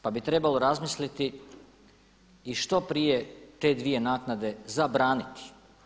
Pa bi trebalo razmisliti i što prije te dvije naknade zabraniti.